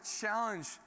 challenge